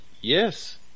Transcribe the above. Yes